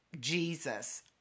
Jesus